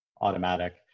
automatic